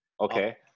Okay